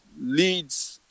leads